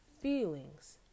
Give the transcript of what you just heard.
feelings